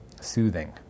Soothing